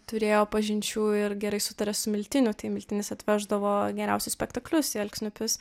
turėjo pažinčių ir gerai sutarė su miltiniu tai miltinis atveždavo geriausius spektaklius į alksniupius